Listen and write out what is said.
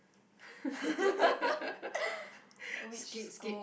skip skip